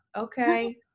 okay